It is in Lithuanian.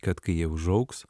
kad kai jie užaugs